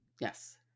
Yes